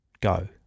go